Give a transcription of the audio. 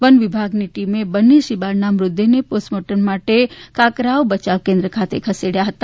one વિભાગની ટીમે બંને સિંહબાળના મૃતદેહને પોસ્ટમોર્ટમ માટે કાકરાક બચાવ કેન્દ્ર ખાતે ખસેડ્યા હતા